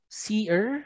seer